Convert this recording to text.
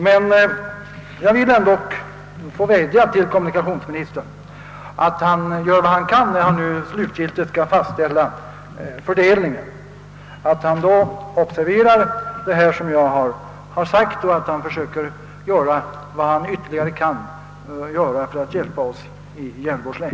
Men jag vill ändock vädja till kommunikationsministern att han gör vad han kan, när han slutgiltigt skall fastställa fördelningen, och att han då observerar det som jag har sagt och försöker göra vad han kan för att ytterligare hjälpa oss i Gävleborgs län.